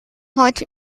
heute